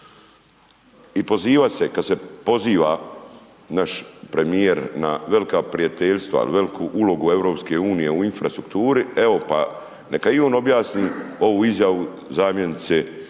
I poziva se, kad se poziva naš premijer na velika prijateljstva, na velku ulogu EU u infrastrukturi, evo pa neka i on objasni ovu izjavu zamjenice